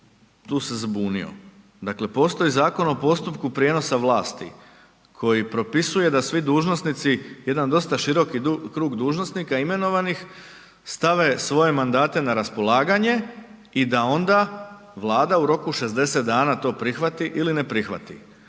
tu se zbunio. Dakle, postoji Zakon o postupku prijenosa vlasti koji propisuje da svi dužnosnici, jedan dosta široki krug dužnosnika, imenovanih, stave svoje mandate na raspolaganje i da onda Vlada u roku 60 dana to prihvati ili ne prihvati.